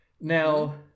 Now